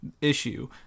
issue